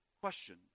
question